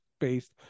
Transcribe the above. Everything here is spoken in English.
based